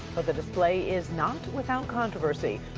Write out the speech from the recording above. but the display is not without controversy.